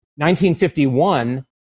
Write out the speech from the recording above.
1951